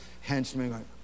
henchmen